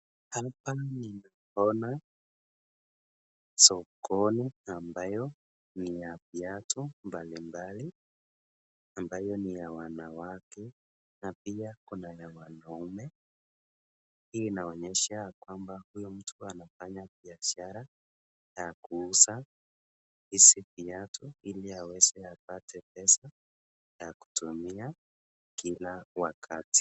Hapa ninaona sokoni ambayo ni ya viatu mbali mbali, mbayo ni ya wanawake na pia kuna ya wanaume. Hii inaonshesha kwamba huyu mtu anafanya biashara ya kuuza hizi viatu ili aweze apate pesa ya kutumia kila wakati.